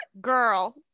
girl